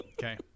Okay